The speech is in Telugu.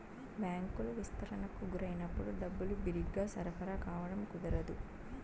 బ్యాంకులు విస్తరణకు గురైనప్పుడు డబ్బులు బిరిగ్గా సరఫరా కావడం కుదరదు